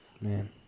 Man